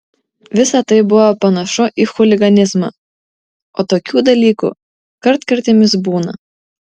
visa tai buvo panašu į chuliganizmą o tokių dalykų kartkartėmis būna